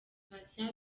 patient